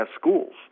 schools